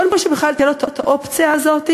קודם כול שבכלל תהיה לו האופציה הזאת,